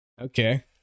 Okay